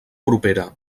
propera